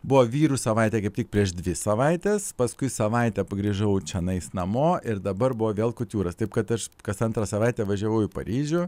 buvo vyrų savaitė kaip tik prieš dvi savaites paskui savaitę grįžau čenais namo ir dabar buvo vėl kutiūras taip kad aš kas antrą savaitę važiavau į paryžių